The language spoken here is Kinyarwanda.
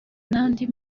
n’andi